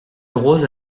rose